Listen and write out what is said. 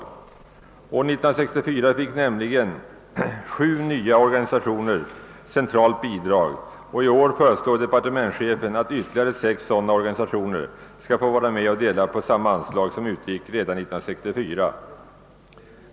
År 1964 fick nämligen sju nya organisationer centralt bidrag, och i år föreslår 'departementschefen att ytterligare sex organisationer skall få vara med och dela på ett anslag av samma storleksordning som det som utgick redan 1964.